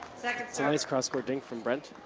so honest cross-court dink from brent.